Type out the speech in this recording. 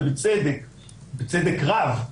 ובצדק רב,